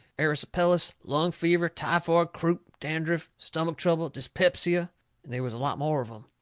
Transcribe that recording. erysipelas, lung fever, typhoid, croup, dandruff, stomach trouble, dyspepsia and they was a lot more of em.